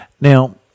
Now